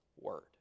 Word